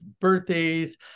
birthdays